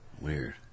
Weird